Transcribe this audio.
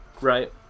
Right